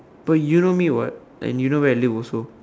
but you know me what and you know where I live also